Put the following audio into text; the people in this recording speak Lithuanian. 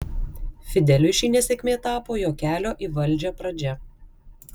fideliui ši nesėkmė tapo jo kelio į valdžią pradžia